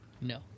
No